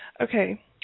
Okay